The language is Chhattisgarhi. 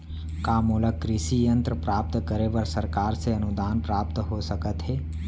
का मोला कृषि यंत्र प्राप्त करे बर सरकार से अनुदान प्राप्त हो सकत हे?